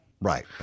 Right